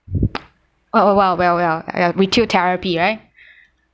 oh oh !wow! well well ya retail therapy right